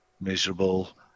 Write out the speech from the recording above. miserable